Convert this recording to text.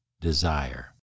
desire